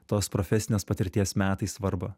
tos profesinės patirties metai svarbą